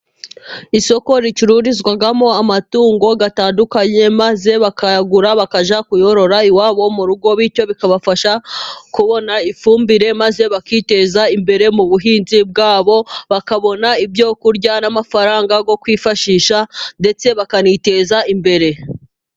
Isoko ricururizwamo amatungo atandukanye, maze bakayagura bakajya kuyorora iwabo mu rugo, bityo bikabafasha kubona ifumbire maze bakiteza imbere mu buhinzi bwabo. Bakabona ibyo kurya n'amafaranga yo kwifashisha, ndetse bakaniteza imbere.